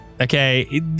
okay